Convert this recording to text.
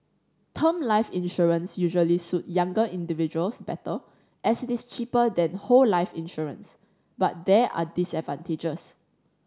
term life insurance usually suit younger individuals better as it is cheaper than whole life insurance but there are disadvantages